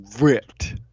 ripped